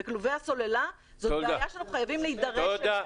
במצב של 40% סלמונלה בכלובי הסוללה זו בעיה שאנחנו חייבים להידרש אליה.